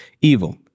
Evil